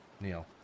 Neil